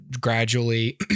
gradually